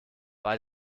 bei